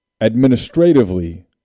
administratively